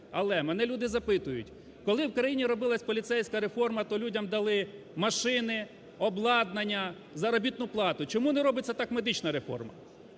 Але мене люди запитують: коли в країні робилась поліцейська реформа, то людям дали машини, обладнання, заробітну плату, чому не робиться так медична реформа?